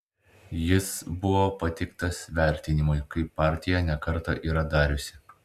jis buvo pateiktas vertinimui kaip partija ne kartą yra dariusi